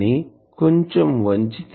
కానీ కొంచెం వంచితే ఎలిప్స్ అవుతుంది